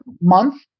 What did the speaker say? month